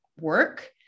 work